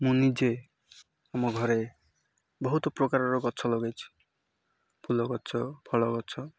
ମୁଁ ନିଜେ ଆମ ଘରେ ବହୁତ ପ୍ରକାରର ଗଛ ଲଗାଇଛି ଫୁଲ ଗଛ ଫଳ ଗଛ